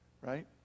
right